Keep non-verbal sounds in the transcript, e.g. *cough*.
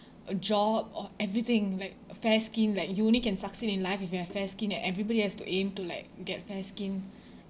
a job or everything like fair skin like you only can succeed in life if you have fair skin and everybody has to aim to like get fair skin *breath*